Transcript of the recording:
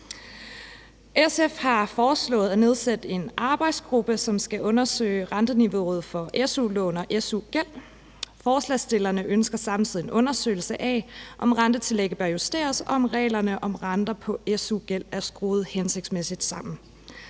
SF har foreslået at nedsætte en arbejdsgruppe, som skal undersøge renteniveauet for su-lån og su-gæld. Forslagsstillerne ønsker samtidig en undersøgelse af, om rentetillægget bør justeres, og om reglerne om renter på su-gæld er skruet uhensigtsmæssigt sammen.